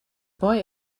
boy